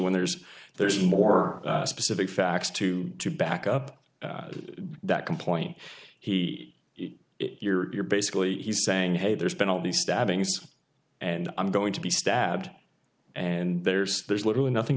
when there's there's more specific facts to back up that complaint he is it you're basically he's saying hey there's been all these stabbings and i'm going to be stabbed and there's there's literally nothing